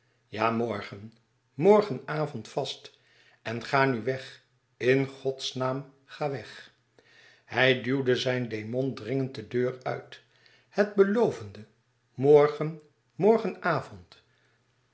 ja morgen morgen avond vast en ga nu weg in godsnaam ga weg hij duwde zijn demon dringend de deur uit het belovende morgen